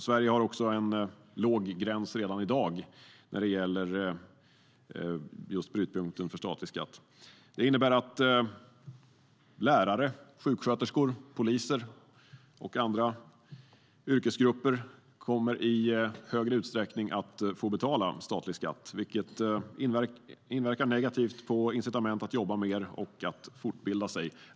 Sverige har en väldigt låg gräns redan i dag när det gäller brytpunkten för statlig skatt. Det innebär att lärare, sjuksköterskor, poliser och andra yrkesgrupper i högre utsträckning kommer att få betala statlig skatt, vilket inverkar negativt på incitamentet att jobba mer och fortbilda sig.